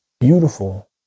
beautiful